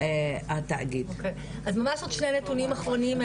אז ממש עוד שני נתונים אחרונים,